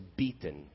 beaten